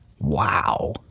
Wow